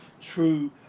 true